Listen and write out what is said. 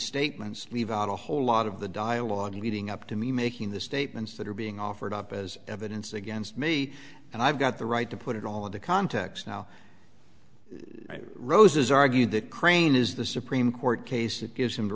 statements leave out a whole lot of the dialogue leading up to me making the statements that are being offered up as evidence against me and i've got the right to put it all into context now rosa's argued that crane is the supreme court case that gives him the